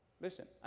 Listen